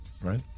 right